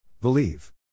Believe